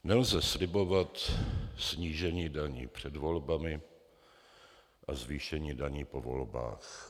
Nelze slibovat snížení daní před volbami a zvýšení daní po volbách.